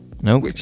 Nope